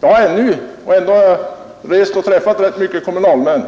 Jag har rest mycket och träffat ganska många kommunalmän, men